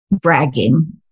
bragging